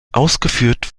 ausgeführt